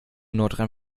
nordrhein